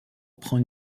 prend